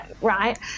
right